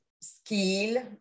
skill